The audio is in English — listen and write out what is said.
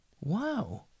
Wow